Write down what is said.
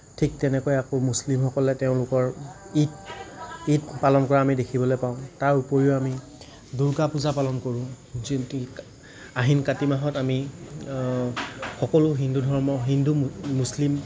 ঠিক তেনেকৈ আকৌ মুছলিমসকলে তেওঁলোকৰ ঈদ ঈদ পালন কৰা আমি দেখিবলৈ পাওঁ তাৰ উপৰিও আমি দূৰ্গা পূজা পালন কৰোঁ আহিন কাতি মাহত আমি সকলো হিন্দু ধৰ্ম হিন্দু মুছলিম